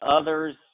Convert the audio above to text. others